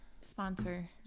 Sponsor